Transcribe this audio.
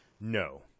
No